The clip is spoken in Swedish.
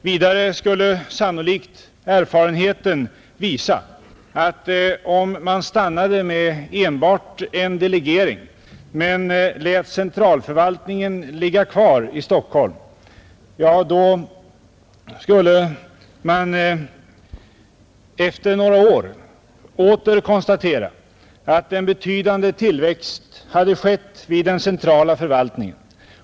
Vidare skulle sannolikt erfarenheten visa att om man stannade vid enbart en delegering men lät centralförvaltningen ligga kvar i Stockholm då skulle man efter några år åter kunna konstatera att en betydande tillväxt hade skett vid den centrala förvaltningen.